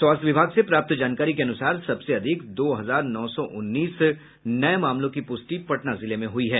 स्वास्थ्य विभाग से प्राप्त जानकारी के अनुसार सबसे अधिक दो हजार नौ सौ उन्नीस नये मामलों की पुष्टि पटना जिले में हुई है